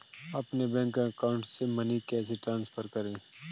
अपने bank account से money कैसे ट्रांसफर करें?